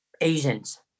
Asians